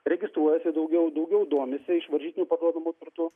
registruojasi daugiau daugiau domisi iš varžytinių parduodamu turtu